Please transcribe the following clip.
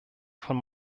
von